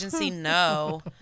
No